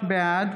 בעד